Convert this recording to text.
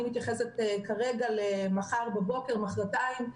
אני מתייחסת כרגע למחר בבוקר, מוחרתיים.